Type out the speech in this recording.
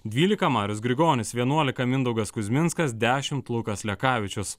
dvylika marius grigonis vienuolika mindaugas kuzminskas dešimt lukas lekavičius